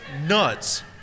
nuts